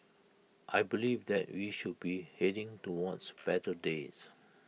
I believe that we should be heading towards better days